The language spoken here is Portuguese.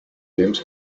temos